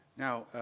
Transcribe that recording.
now,